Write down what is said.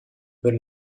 per